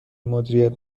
مدیریت